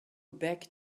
back